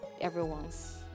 everyone's